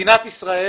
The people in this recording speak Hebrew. מדינת ישראל